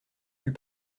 plus